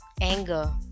anger